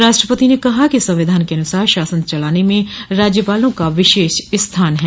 राष्ट्रपति ने कहा कि संविधान के अनुसार शासन चलाने में राज्यपालों का विशेष स्थान है